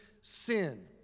sin